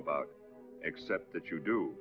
about except that you do